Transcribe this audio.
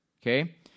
Okay